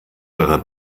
eurer